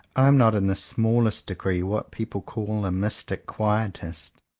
i am not in the smallest degree what people call a mystic quietist.